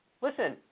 listen